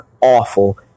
awful